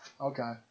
Okay